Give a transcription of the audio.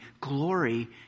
glory